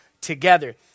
together